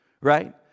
right